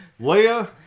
Leia